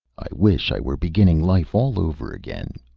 i wish i were beginning life all over again,